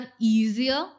easier